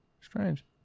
Strange